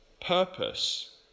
purpose